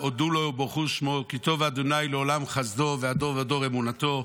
הודו לו וברכו שמו כי טוב ה' לעולם חסדו ועד דֹּר ודֹר אמונתו".